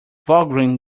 valgrind